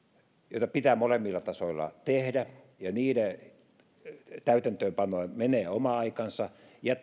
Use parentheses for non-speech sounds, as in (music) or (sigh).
joita pitää molemmilla tasoilla tehdä niiden täytäntöönpanoon menee oma aikansa ja (unintelligible)